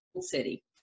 city